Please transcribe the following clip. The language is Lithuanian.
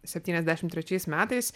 septyniasdešimt trečiais metais